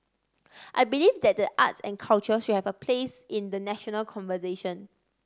I believe that the arts and culture should have a place in the national conversation